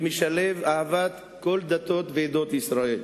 ומשלב אהבת כל דתות ועדות ישראל.